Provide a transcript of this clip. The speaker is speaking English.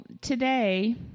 today